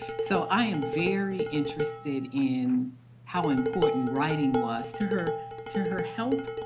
so i am very interested in how important writing was to her to her health,